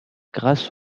grâce